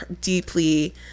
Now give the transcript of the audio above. deeply